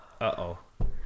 Uh-oh